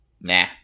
nah